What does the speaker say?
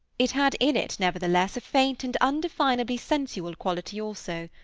it had in it, nevertheless, a faint and undefinably sensual quality also.